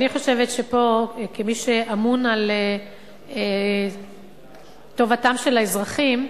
אני חושבת, כמי שאמון על טובתם של האזרחים,